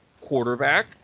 quarterback